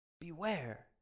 Beware